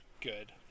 good